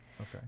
Okay